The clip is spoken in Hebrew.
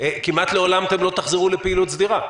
כמעט לעולם אתם לא תחזרו לפעילות סדירה.